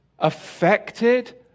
affected